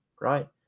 right